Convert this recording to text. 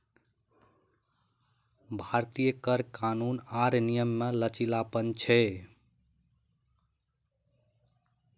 भारतीय कर कानून आर नियम मे लचीलापन छै